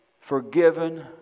forgiven